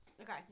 Okay